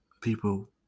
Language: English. people